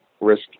risk